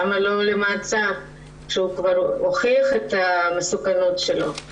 למה הוא לא במעצר אחרי שהוא כבר הוכיח את המסוכנות שלו?